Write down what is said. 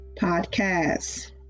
podcasts